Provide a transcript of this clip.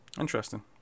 Interesting